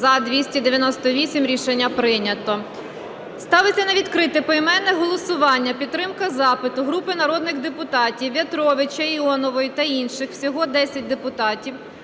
За-298 Рішення прийнято. Ставиться на відкрите поіменне голосування підтримка запиту групи народних депутатів (В'ятровича, Іонової та інших. Всього 10 депутатів)